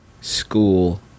school